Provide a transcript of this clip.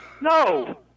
No